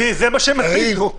כי זה מה שהם החליטו.